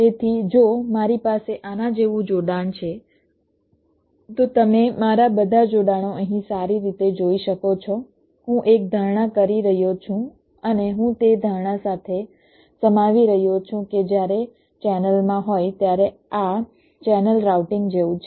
તેથી જો મારી પાસે આના જેવું જોડાણ છે તો તમે મારા બધા જોડાણો અહીં સારી રીતે જોઈ શકો છો હું એક ધારણા કરી રહ્યો છું અને હું તે ધારણા સાથે સમાવી રહ્યો છું કે જ્યારે ચેનલ માં હોય ત્યારે આ ચેનલ રાઉટિંગ જેવું છે